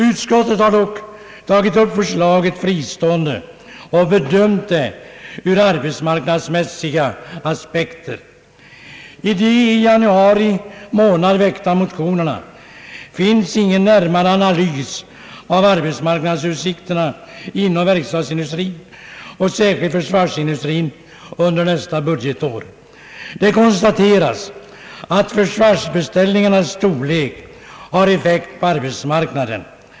Utskottet har dock tagit upp förslaget fristående och bedömt det ur arbetsmarknadsmässiga aspekter. I de i januari månad väckta motionerna finns ingen närmare analys av arbetsmarknadsutsikterna inom verkstadsindustrin och särskilt försvarsindustrin under nästa budgetår. Det konstateras att försvarsbeställningarnas storlek har effekt på arbetsmarknaden.